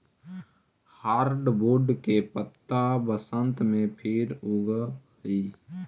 hardwood के पत्त्ता बसन्त में फिर उगऽ हई